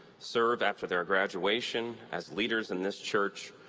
serve after their graduation as leaders in this church,